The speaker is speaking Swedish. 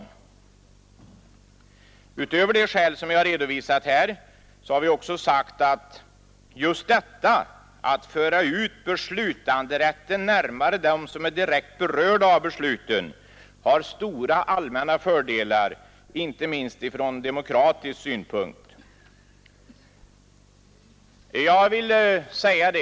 Utöver de skäl som jag redovisat här har vi också sagt att just detta att föra ut beslutanderätten närmare dem som är direkt berörda av besluten har stora allmänna fördelar, inte minst från demokratisk synpunkt.